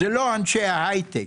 זה לא אנשי ההייטק.